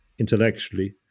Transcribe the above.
intellectually